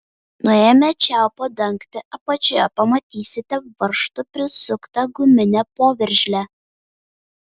nuėmę čiaupo dangtį apačioje pamatysite varžtu prisuktą guminę poveržlę